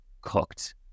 cooked